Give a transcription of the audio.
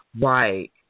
Right